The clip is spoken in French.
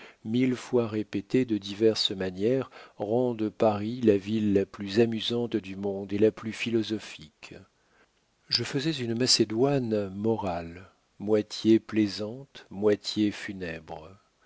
mille fois répétés de diverses manières rendent paris la ville la plus amusante du monde et la plus philosophique je faisais une macédoine morale moitié plaisante moitié